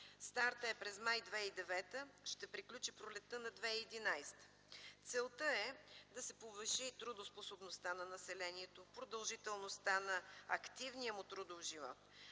стартът е през м. май 2009 г., ще приключи през пролетта на 2011 г. Целта е да се повиши трудоспособността на населението, продължителността на активния му трудов живот,